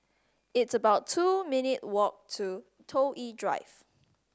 it's about two minute walk to Toh Yi Drive